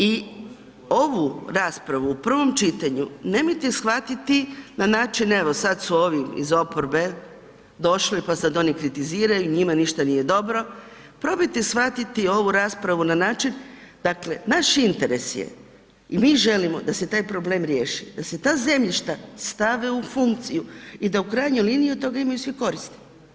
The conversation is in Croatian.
I ovu raspravu u prvom čitanju na način evo sada su ovi iz oporbe došli pa sada oni kritiziraju, njima ništa nije dobro, probajte shvatiti ovu raspravu na način, dakle naš interes je i mi želimo da se taj problem riješi, da se ta zemljišta stave u funkciju i da u krajnjoj liniji od toga imaju svi koristi.